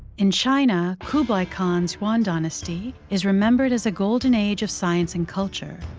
in china, kublai khan's yuan dynasty is remembered as a golden age of science and culture.